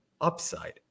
upside